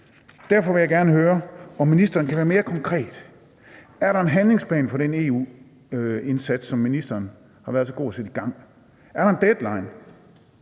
Derfor vil jeg gerne høre, om ministeren kan være mere konkret. Er der en handlingsplan for den EU-indsats, som ministeren har været så god at sætte i gang? Er der en deadline?